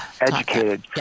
educated